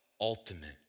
Ultimate